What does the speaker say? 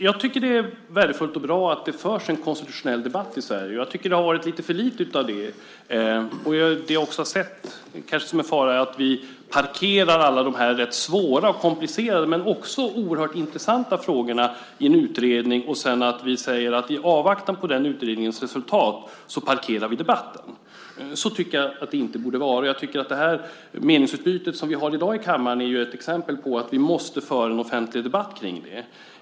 Herr talman! Jag tycker att det är värdefullt och bra att det förs en konstitutionell debatt i Sverige. Jag tycker att det har varit lite för lite av det. Jag har sett som en fara att vi parkerar alla de rätt svåra och komplicerade men också oerhört intressanta frågorna i en utredning och sedan säger att i avvaktan på den utredningens resultat parkerar vi debatten. Så tycker jag inte att det borde vara. Jag tycker att det meningsutbyte vi har i dag i kammaren är ett exempel på att vi måste föra en offentlig debatt kring det.